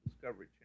Discovery